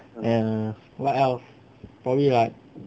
ya what else probably like